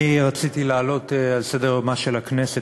אני רציתי להעלות על סדר-יומה של הכנסת,